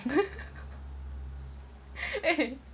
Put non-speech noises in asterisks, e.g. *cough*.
*laughs* eh